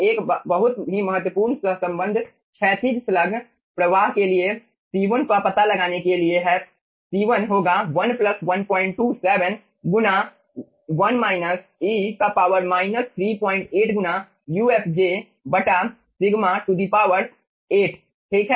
एक बहुत ही महत्वपूर्ण सहसंबंध क्षैतिज स्लग प्रवाह के लिए C1 का पता लगाने के लिए है C1 होगा 1 प्लस 127 गुणा 1 e का पावर माइनस 38 गुना ufj σ 8 ठीक है